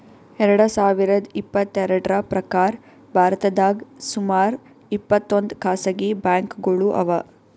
ಎರಡ ಸಾವಿರದ್ ಇಪ್ಪತ್ತೆರಡ್ರ್ ಪ್ರಕಾರ್ ಭಾರತದಾಗ್ ಸುಮಾರ್ ಇಪ್ಪತ್ತೊಂದ್ ಖಾಸಗಿ ಬ್ಯಾಂಕ್ಗೋಳು ಅವಾ